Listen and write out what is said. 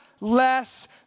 less